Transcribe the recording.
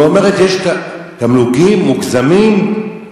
ואומרת: יש תמלוגים מוגזמים,